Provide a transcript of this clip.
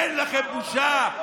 אין לכם בושה?